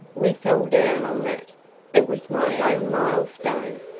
we fell down on that it was my one mile-stone.